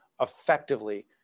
effectively